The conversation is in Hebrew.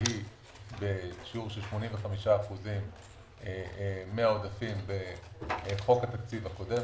שהיא בשיעור 85% מהעודפים בחוק התקציב הקודם,